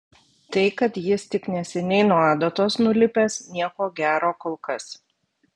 tai kad jis tik neseniai nuo adatos nulipęs nieko gero kol kas